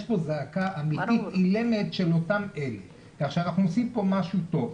יש לו זעקה אמיתית אילמת ואנחנו עושים פה משהו טוב.